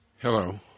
Hello